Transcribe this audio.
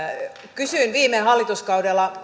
kysyin viime hallituskaudella